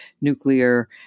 nuclear